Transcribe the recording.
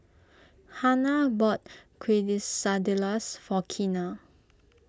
Hanna bought Quesadillas for Keena